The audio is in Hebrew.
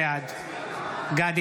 בעד גדי